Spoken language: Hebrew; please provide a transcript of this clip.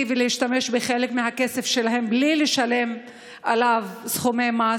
ולהשתמש בחלק מהכסף שלהם בלי לשלם עליו סכומי מס,